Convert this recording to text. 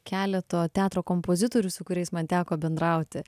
keleto teatro kompozitorių su kuriais man teko bendrauti